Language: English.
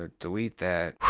ah delete that.